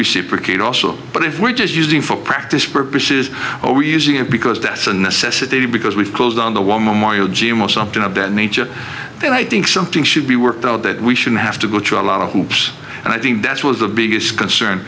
brigade also but if we're just using for practice purposes or we're using it because that's a necessity because we've closed on the war memorial gym or something of that nature then i think something should be worked out that we shouldn't have to go through a lot of hoops and i think that's was the biggest concern